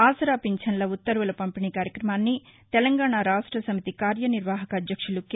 ఆసరా పింఛన్ల ఉత్వర్వుల పంపిణీ కార్యక్రమాన్ని తెలంగాణ రాష్ట సమితి కార్యనిర్వాహక అధ్యక్షులు కె